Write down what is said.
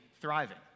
thriving